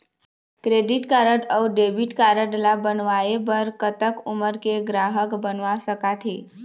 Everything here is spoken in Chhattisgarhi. क्रेडिट कारड अऊ डेबिट कारड ला बनवाए बर कतक उमर के ग्राहक बनवा सका थे?